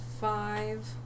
five